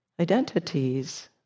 identities